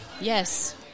Yes